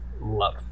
love